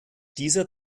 dieser